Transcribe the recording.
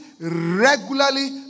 regularly